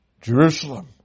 Jerusalem